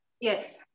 Yes